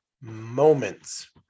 moments